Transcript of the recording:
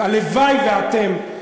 הלוואי שאתם,